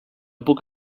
puc